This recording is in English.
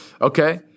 Okay